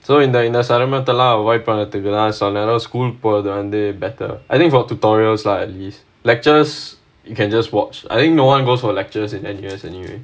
so இந்த இந்த சிரமத்தை லாம்:intha intha siramathai laam avoid பண்றதுக்கு தான் சில நேரம்:pandrathukku thaan sila neram school போறது வந்து:porathu vanthu better I think for tutorials lah at least lectures you can just watch I think no one goes for lectures in N_U_S anyway